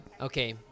Okay